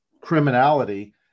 criminality